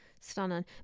stunning